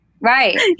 Right